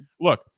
Look